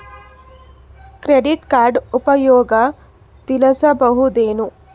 Credit card ಉಪಯೋಗ ತಿಳಸಬಹುದೇನು?